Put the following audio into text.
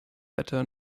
better